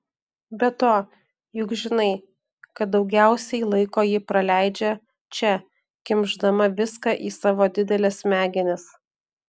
be to juk žinai kad daugiausiai laiko ji praleidžia čia kimšdama viską į savo dideles smegenis